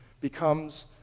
becomes